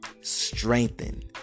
strengthen